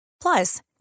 Plus